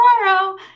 tomorrow